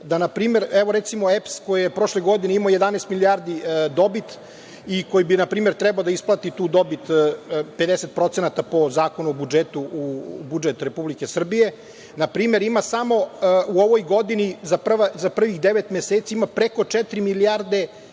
da npr, recimo, evo, EPS koji je prošle godine imao 11 milijardi dobiti i koji bi npr. trebalo da isplati tu dobit 50% po Zakonu o budžetu u budžet Republike Srbije, npr. ima samo u ovoj godini za prvih devet meseci preko četiri milijarde